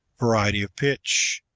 variety of pitch,